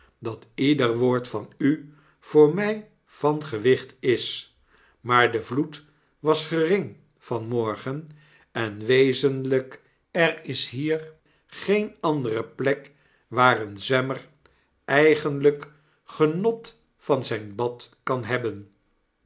bi datieder woord van u voor mij van gewicht is maar de vloed was gering van morgen en wezenlyk er is hier geen andere plek waar een zwemmer eigenljjk genot van ztjn bad kan hebben